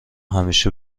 همیشه